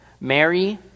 Mary